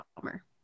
bummer